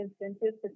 incentives